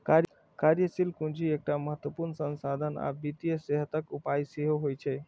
कार्यशील पूंजी एकटा महत्वपूर्ण संसाधन आ वित्तीय सेहतक उपाय सेहो होइ छै